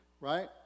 right